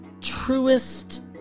truest